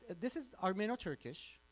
this is armeno-turkish,